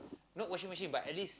not washing machine but at least